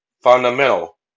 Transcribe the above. fundamental